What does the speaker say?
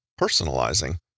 personalizing